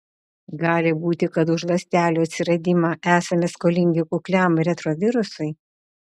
gali būti kad už ląstelių atsiradimą esame skolingi kukliam retrovirusui